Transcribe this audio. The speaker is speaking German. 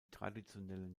traditionellen